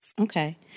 Okay